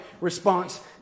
response